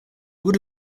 would